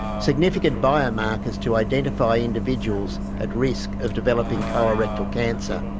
significant biomarkers to identify individuals at risk of developing colorectal cancer,